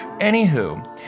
Anywho